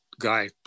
guy